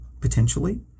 potentially